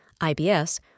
IBS